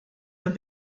have